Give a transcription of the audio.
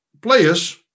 players